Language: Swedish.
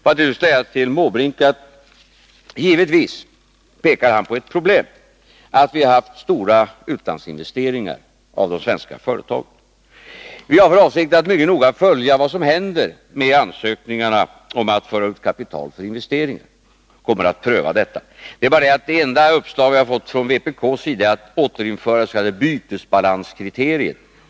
Bertil Måbrink pekade på problemet att de svenska företagen gjort stora utlandsinvesteringar. Vi har för avsikt att mycket noga följa vad som händer med ansökningarna om att föra ut kapital för investeringar. Det är bara det att det enda uppslag vi fått från vpk är att återinföra de s.k. bytesbalanskriteriet.